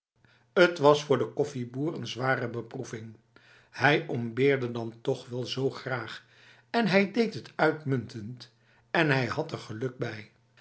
het was voor de kof eboer een zware beproeving hij homberde dan toch wel zo graag en hij deed het uitmuntend en hij had er geluk bij